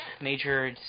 major